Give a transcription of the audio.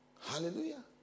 Hallelujah